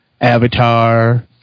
Avatar